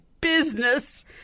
business